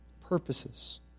purposes